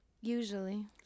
Usually